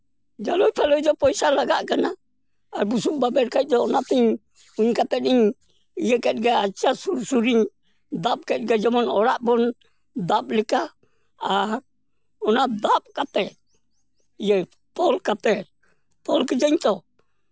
ᱡᱳᱞᱳᱭ ᱛᱷᱳᱞᱚᱭ ᱫᱚ ᱯᱚᱭᱥᱟ ᱞᱟᱜᱟᱜ ᱠᱟᱱᱟ ᱟᱨ ᱵᱩᱥᱩᱵ ᱵᱟᱨᱮᱨ ᱠᱷᱟᱡ ᱫᱚ ᱚᱱᱟᱛᱤᱧ ᱩᱧ ᱠᱟᱛᱮᱫ ᱤᱧ ᱤᱭᱟᱹ ᱠᱮᱫ ᱜᱮ ᱟᱪᱪᱷᱟ ᱥᱩᱨ ᱥᱩᱨᱤᱧ ᱫᱟᱵ ᱠᱮᱫᱜᱮ ᱡᱮᱢᱚᱱ ᱚᱲᱟᱜ ᱵᱚᱱ ᱫᱟᱵ ᱞᱮᱠᱟ ᱟᱨ ᱚᱱᱟ ᱫᱟᱵ ᱠᱟᱛᱮᱫ ᱤᱭᱟᱹ ᱛᱚᱞ ᱠᱟᱛᱮᱫ ᱛᱚᱞ ᱠᱤᱫᱟᱹᱧ ᱛᱚ